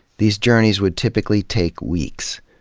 these journeys would typically take weeks,